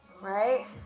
Right